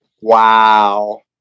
Wow